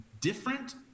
different